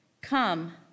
come